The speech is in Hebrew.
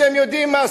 אתם יודעים מה,